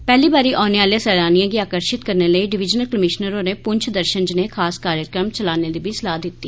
पैहली बारी औने आले सैलानिएं गी आकर्षित करने लेई डिविजनल कमीश्नर होरें पुंछ दर्शन जनेह् खास कार्जक्रम चलाने दी सलाह् दित्ती